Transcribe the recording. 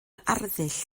arddull